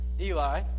Eli